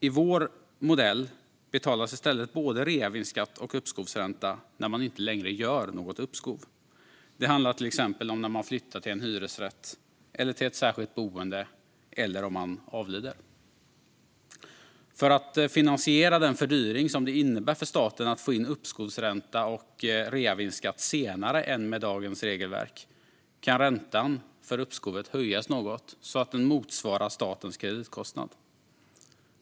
I vår modell betalas i stället både reavinstskatt och uppskovsränta när man inte längre gör något uppskov. Det handlar till exempel om när man flyttar till en hyresrätt eller ett särskilt boende eller om man avlider. För att finansiera den fördyring som det innebär för staten att få in uppskovsränta och reavinstskatt senare än med dagens regelverk kan räntan för uppskovet höjas något så att den motsvarar statens kreditkostnad.